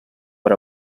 per